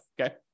okay